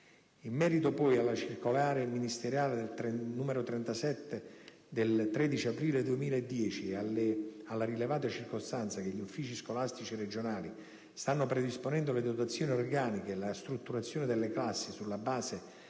In merito, poi, alla circolare ministeriale n. 37 del 13 aprile 2010 e alla rilevata circostanza che gli Uffici scolastici regionali stanno predisponendo le dotazioni organiche e la strutturazione delle classi sulla base